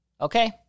Okay